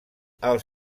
els